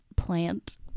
plant